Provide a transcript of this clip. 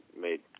made